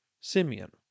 Simeon